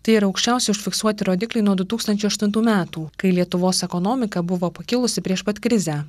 tai yra aukščiausi užfiksuoti rodikliai nuo du tūkstančiai aštuntų metų kai lietuvos ekonomika buvo pakilusi prieš pat krizę